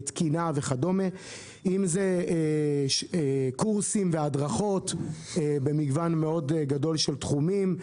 תקינה וכד'; אם זה קורסים והדרכות במגוון מאוד רחב של תחומים,